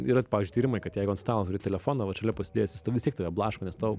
yra pavyzdžiui tyrimai kad jeigu ant stalo turi telefoną šalia pasidėjęs jis ta vis tiek tave blaško nes tau